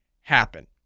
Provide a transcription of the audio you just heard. happen